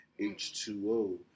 H2O